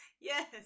Yes